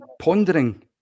pondering